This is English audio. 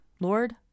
Lord